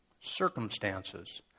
Circumstances